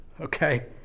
okay